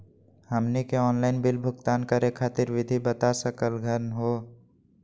हमनी के online bill भुगतान करे खातीर विधि बता सकलघ हो?